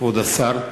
כבוד השר,